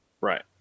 Right